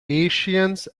asians